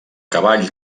cavall